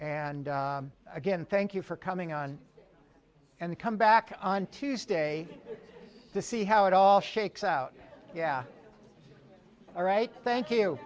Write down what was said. and again thank you for coming on and come back on tuesday to see how it all shakes out yeah all right thank you